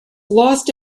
lost